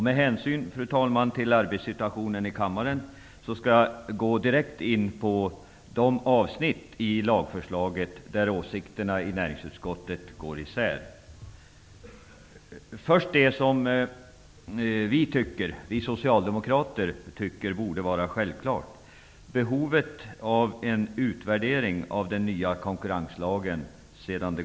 Med hänsyn till arbetssituationen i kammaren tänker jag gå direkt in på de avsnitt i lagförslaget, där åsikterna i näringsutskottet går isär. Först vill jag kommentera det som vi socialdemokrater tycker borde vara självklart: behovet av att efter en tid utvärdera den nya konkurrenslagen.